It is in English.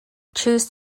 choose